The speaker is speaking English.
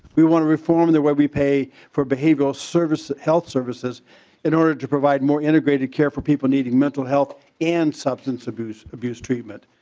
we want to reform and what we pay for behavioral health services in order to provide more innovative care for people needing mental health and substance abuse abuse treatment.